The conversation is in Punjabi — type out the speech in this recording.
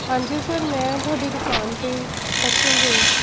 ਹਾਂਜੀ ਸਰ ਮੈਂ ਤੁਹਾਡੀ ਦੁਕਾਨ 'ਤੇ ਪਰਸੋਂ ਗਈ